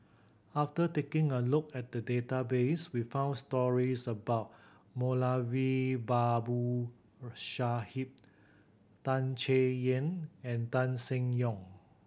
after taking a look at the database we found stories about Moulavi Babu Sahib Tan Chay Yan and Tan Seng Yong